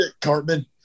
Cartman